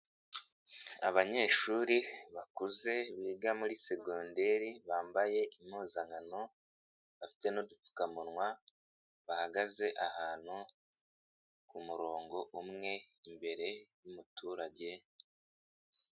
Abanyeshuri bakuze biga muri segonderi, bambaye impuzankano bafite n'udupfukamunwa, bahagaze ahantu ku murongo umwe imbere y'umuturage.